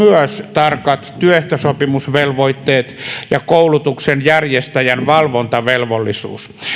tarkat työehtosopimusvelvoitteet ja koulutuksen järjestäjän valvontavelvollisuus